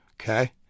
okay